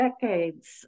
decades